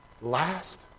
last